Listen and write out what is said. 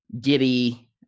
giddy